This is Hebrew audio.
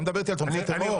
אתה מדבר איתי על תומכי טרור?